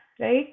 right